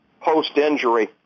post-injury